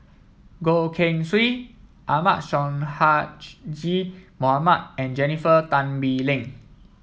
Goh Keng Swee Ahmad Mohamad and Jennifer Tan Bee Leng